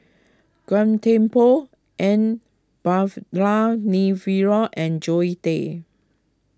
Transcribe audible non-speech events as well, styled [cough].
Gan Thiam Poh N [unintelligible] and Zoe Tay